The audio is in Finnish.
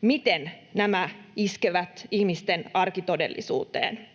miten nämä iskevät ihmisten arkitodellisuuteen.